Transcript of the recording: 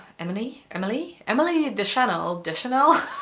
eminy. emily. emily dechannel. deschanel.